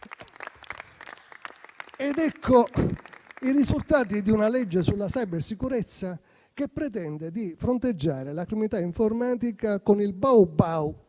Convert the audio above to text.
Ecco i risultati di una legge sulla cybersicurezza che pretende di fronteggiare la criminalità informatica con il "bau bau"